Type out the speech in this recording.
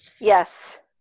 Yes